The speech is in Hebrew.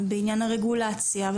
ובעניין הרגולציה,